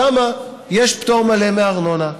שם יש פטור מלא מארנונה.